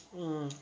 mm